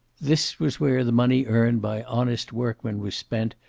this was where the money earned by honest workmen was spent,